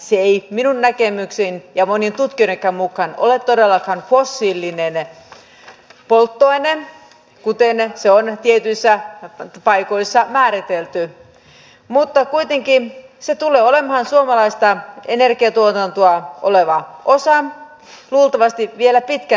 se ei minun näkemykseni ja monien tutkijoidenkaan mukaan ole todellakaan fossiilinen polttoaine kuten se on tietyissä paikoissa määritelty mutta kuitenkin se tulee olemaan osa suomalaista energiantuotantoa luultavasti vielä pitkän aikaa